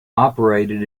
operated